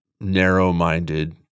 narrow-minded